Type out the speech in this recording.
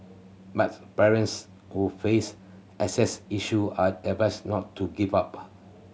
but parents who face access issue are advised not to give up